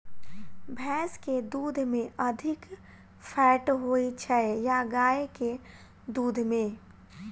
भैंस केँ दुध मे अधिक फैट होइ छैय या गाय केँ दुध में?